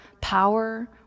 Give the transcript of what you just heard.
power